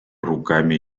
руками